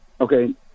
okay